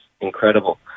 incredible